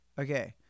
Okay